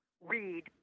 read